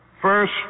First